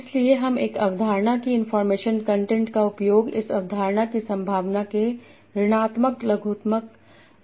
इसलिए हम एक अवधारणा की इनफार्मेशन कंटेंट का उपयोग उस अवधारणा की संभावना के ऋणात्मक लघुगणक के रूप में करते हैं